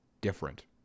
different